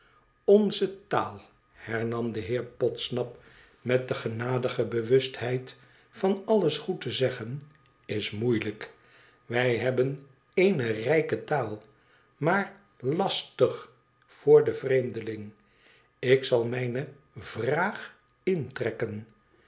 onze taal hernam de heer podsnap met de genadige bewustheid van alles goed te zeggen is moeilijk wij hebben eene rijke taal maar lastig voor vreemdelingen ik zal mijne vraag intrekken